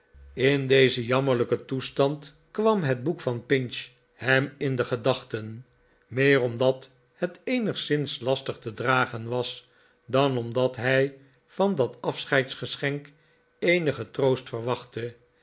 in dezen jammerlijken toestand kwam het boek van pinch hem in de gedachten meer omdat het eenigszins lastig te dragen was dan omdat hij van dat afscheidsgeschenk eenigen troost verwachtte